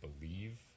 believe